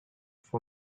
for